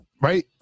Right